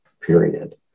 period